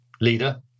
leader